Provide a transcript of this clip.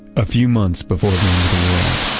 a few months before the end of the world,